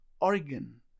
Oregon